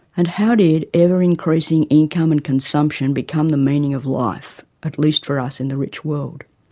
and how did ever-increasing income and consumption become the meaning of life, at least for us in the rich world?